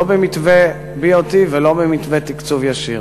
לא במתווה BOT ולא במתווה תקצוב ישיר.